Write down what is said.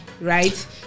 right